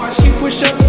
she push up